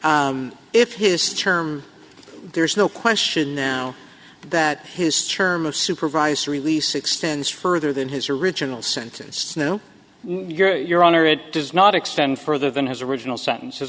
if his term there's no question now that his term of supervised release extends further than his original sentence no your honor it does not extend further than his original sentence